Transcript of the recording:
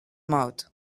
mouth